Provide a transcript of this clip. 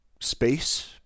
space